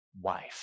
wife